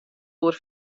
oer